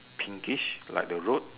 pinkish like the road